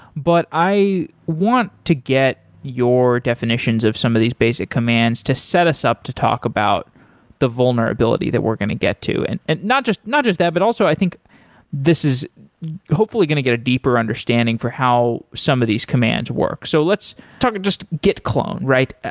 but i want to get your definitions of some of these basic commands to set us up to talk about the vulnerability that we're going to get to. and and not not just that, but also i think this is hopefully going to get a deeper understanding for how some of these commands work. so let's talk just git clone, right? ah